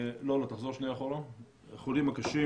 החולים הקשים